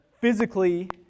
physically